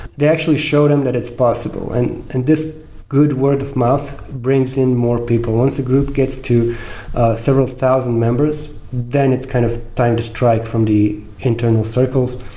they actually show them that it's possible. and and this good word of mouth brings in more people. once a group gets to several thousand members, then it's kind of time to strike from the internal circles.